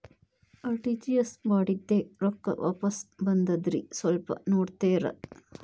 RTGS ಮಾಡಿದ್ದೆ ರೊಕ್ಕ ವಾಪಸ್ ಬಂದದ್ರಿ ಸ್ವಲ್ಪ ನೋಡ್ತೇರ?